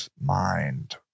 mind